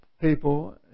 people